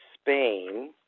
Spain